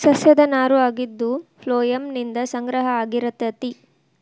ಸಸ್ಯದ ನಾರು ಆಗಿದ್ದು ಪ್ಲೋಯಮ್ ನಿಂದ ಸಂಗ್ರಹ ಆಗಿರತತಿ